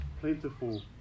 plentiful